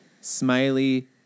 smiley